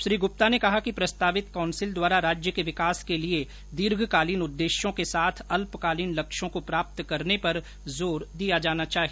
श्री गुप्ता ने कहा कि प्रस्तावित कौंसिल द्वारा राज्य के विकास के लिए दीर्घकालीन उद्देश्यों के साथ अल्पकालीन लक्ष्यों को प्राप्त करने पर जोर दिया जाना चाहिए